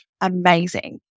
amazing